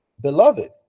beloved